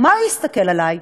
איך הוא יסתכל עלי?